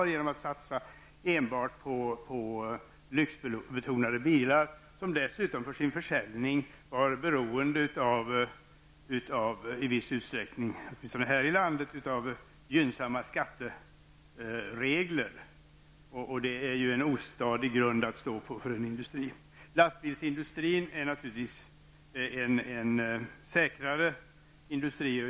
Man hade nämligen satsat enbart på lyxbetonade bilar, som dessutom för sin försäljning i viss utsträckning, åtminstone i detta land, var beroende av gynnsamma skatteregler. Det är en ostadig grund att stå på för en industri. Lastbilsindustrin är naturligtvis en säkrare industri.